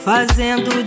Fazendo